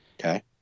Okay